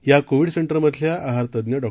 या कोविड सेंटरमधल्या आहार तज्ञ डॉ